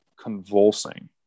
convulsing